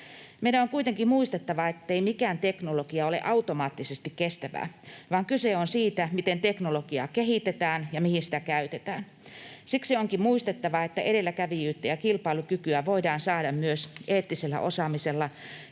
Meidän on kuitenkin muistettava, ettei mikään teknologia ole automaattisesti kestävää, vaan kyse on siitä, miten teknologiaa kehitetään ja mihin sitä käytetään. Siksi onkin muistettava, että edelläkävijyyttä ja kilpailukykyä voidaan saada myös eettisellä osaamisella,